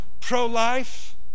Pro-life